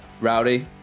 Rowdy